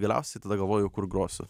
galiausiai tada galvoju kur grosiu